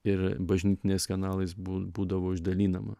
ir bažnytiniais kanalais bū būdavo išdalinama